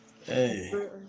hey